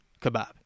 Kebab